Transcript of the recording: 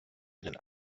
einen